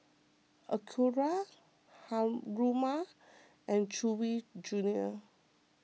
Acura Haruma and Chewy Junior